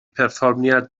perfformiad